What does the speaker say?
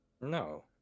No